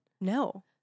No